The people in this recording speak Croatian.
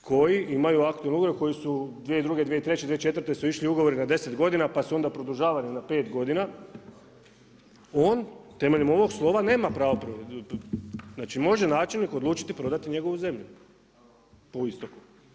koji imaju aktivan ugovor, koji su 2002., 2003., 2004. su išli ugovori na 10 godina pa su onda produžavani na 5 godina, on temeljem ovog slova nema pravo, znači može načelnik odlučiti prodati njegovu zemlju po isteku.